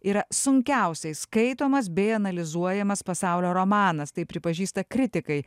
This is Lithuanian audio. yra sunkiausiai skaitomas bei analizuojamas pasaulio romanas tai pripažįsta kritikai